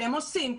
שהם עושים,